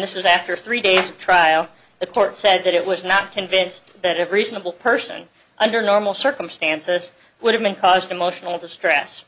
this was after a three day trial the court said that it was not convinced that of reasonable person under normal circumstances would have been caused emotional distress